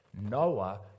Noah